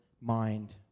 mind